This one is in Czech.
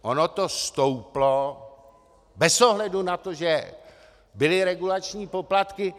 Ono to stouplo bez ohledu na to, že byly regulační poplatky.